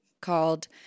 called